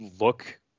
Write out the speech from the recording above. look